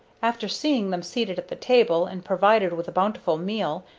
after seeing them seated at the table and provided with a bountiful meal,